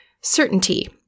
certainty